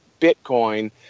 Bitcoin